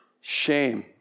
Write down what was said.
shame